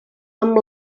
amb